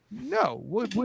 No